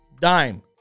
Dime